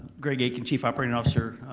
greg akin, chief operating officer.